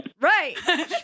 Right